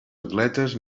atletes